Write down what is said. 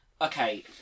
Okay